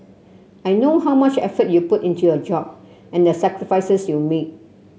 I know how much effort you put into your job and the sacrifices you make